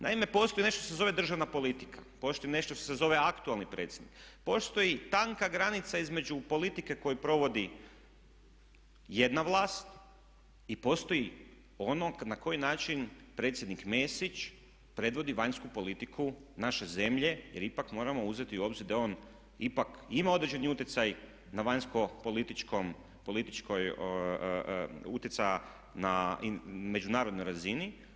Naime, postoji nešto što se zove državna politika, postoji nešto što se zove aktualni predsjednik, postoji tanka granica između politike koju provodi jedna vlast i postoji ono na koji način predsjednik Mesić predvodi vanjsku politiku naše zemlje jer ipak moramo uzeti u obzir da on ipak ima određeni utjecaj na vanjsko-političkoj, utjecaja na međunarodnoj razini.